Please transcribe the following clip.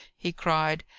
he cried.